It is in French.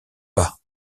pas